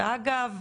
שאגב,